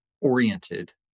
oriented